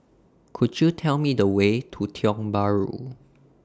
Could YOU Tell Me The Way to Tiong Bahru